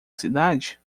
cidade